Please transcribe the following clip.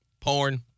Porn